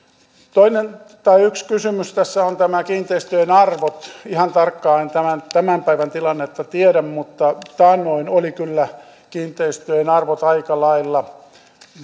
yksi kysymys tässä on nämä kiinteistöjen arvot ihan tarkkaan en tämän päivän tilannetta tiedä mutta taannoin olivat kyllä kiinteistöjen arvot aika lailla